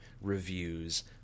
reviews